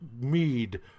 mead